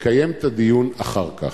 נקיים את הדיון אחר כך.